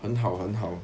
很好很好